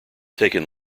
taken